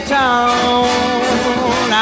town